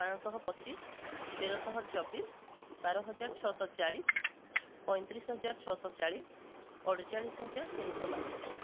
ପାଞ୍ଚଶହ ପଚିଶ ତେରଶହ ଚବିଶ ବାରହଜାର ଛଅଶହ ଚାଳିଶ ପଇଁତିରିଶ ହଜାର ଛଅଶହ ଚାଳିଶ ଅଡ଼ଚାଳିଶ ହଜାର ତିନିଶହ ବାଇଶ